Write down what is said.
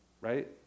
right